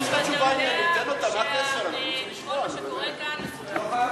ואתה יודע שכל מה שקורה כאן מצולם.